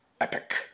epic